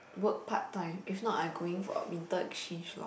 work part time if not I going for winter exchange lor